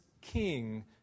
king